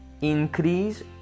increase